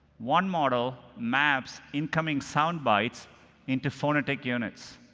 one model maps incoming sound bites into phonetic units.